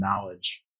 knowledge